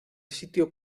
sitio